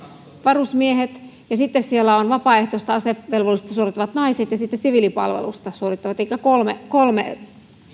varusmiehet ja sitten siellä ovat vapaaehtoista asevelvollisuutta suorittavat naiset ja sitten siviilipalvelusta suorittavat elikkä kolme kolme